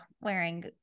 wearing